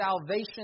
salvation